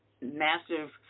massive